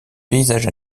paysages